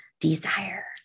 desire